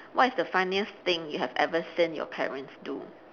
what is the funniest thing you have ever seen your parents do